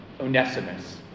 Onesimus